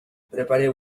prepareu